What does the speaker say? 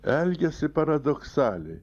elgiasi paradoksaliai